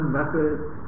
methods